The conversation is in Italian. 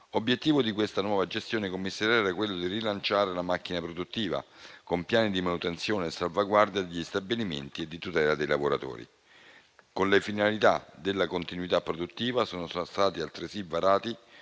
Obiettivo di questa nuova gestione commissariale era quello di rilanciare la macchina produttiva con piani di manutenzione e salvaguardia degli stabilimenti e di tutela dei lavoratori. Con le finalità della continuità produttiva sono già stati altresì varati